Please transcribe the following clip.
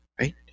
right